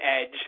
Edge